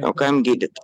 o kam gydyt